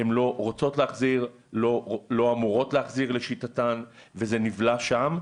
הן לא רוצות ולא אמורות להחזיר וזה נבלע שם.